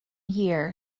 year